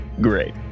Great